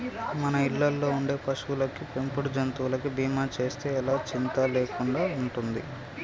మన ఇళ్ళల్లో ఉండే పశువులకి, పెంపుడు జంతువులకి బీమా చేస్తే ఎలా చింతా లేకుండా ఉండచ్చు